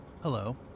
Hello